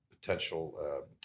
potential